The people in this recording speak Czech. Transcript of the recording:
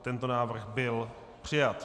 Tento návrh byl přijat.